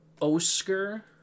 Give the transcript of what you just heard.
Oscar